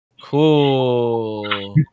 Cool